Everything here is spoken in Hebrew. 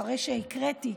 אחרי שהקראתי,